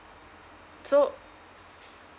so